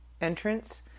entrance